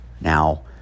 Now